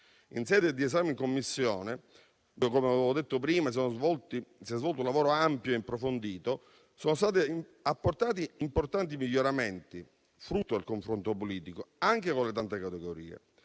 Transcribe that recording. In sede di esame in Commissione - ambito nel quale, come ho detto prima, è stato svolto un lavoro ampio e approfondito - sono stati apportati importanti miglioramenti, frutto del confronto politico, anche con le tante categorie.